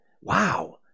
wow